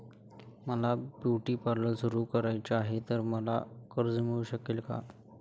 मला beauty parlour सुरू करायचे आहे तर मला कर्ज मिळू शकेल का?